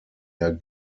der